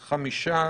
חמישה.